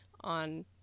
on